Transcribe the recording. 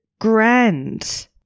grand